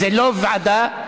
איזו ועדה?